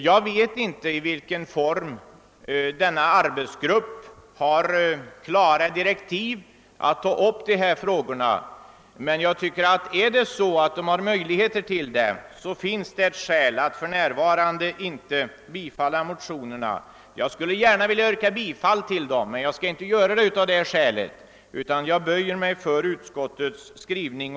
Jag vet inte i vilken mån den tillsatta arbetsgruppen har klara direktiv att ta upp dessa frågor, men om arbetsgruppen har möjligheter att behandla frågan tycker jag att det kan finnas skäl att inte nu bifalla motionerna. Jag skulle för egen del ha önskat ställa ett yrkande om bifall till dem, men' jag avstår från att göra det och böjer mig för utskottets skrivning.